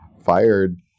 fired